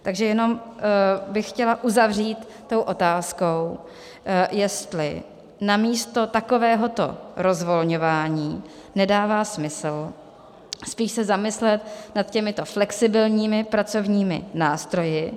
Takže jenom bych chtěla uzavřít tou otázkou, jestli namísto takovéhoto rozvolňování nedává smysl spíš se zamyslet nad těmito flexibilními pracovními nástroji.